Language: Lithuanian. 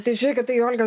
tai žiūrėkit tai olga